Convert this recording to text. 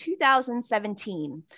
2017